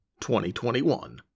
2021